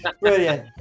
Brilliant